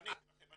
עניתי לכם.